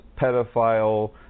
pedophile